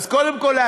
אז קודם כול,